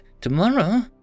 Tomorrow